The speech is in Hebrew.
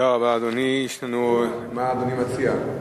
מה אדוני מציע?